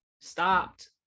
stopped